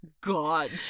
God